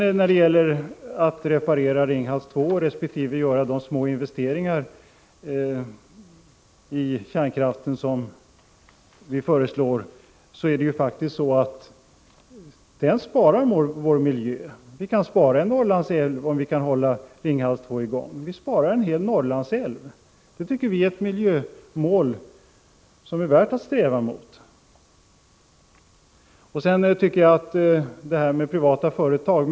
När det sedan gäller att reparera Ringhals 2 resp. göra de små investeringar i kärnkraften som vi föreslår, så sparar kärnkraften vår miljö. Vi kan spara en Norrlandsälv om det går att hålla Ringhals 2i gång. Visparar en hel Norrlandsälv! Det tycker vi är ett miljömål som är värt att sträva mot. Sedan till frågan om privata företag.